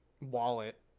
wallet